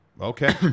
Okay